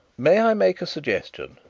may i make a suggestion?